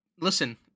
Listen